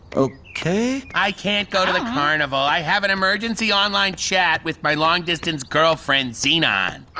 okay? i can't go to the carnival. i have an emergency-online-chat with my long-distance girlfriend, xenon.